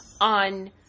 On